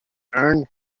urn